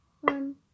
One